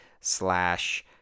slash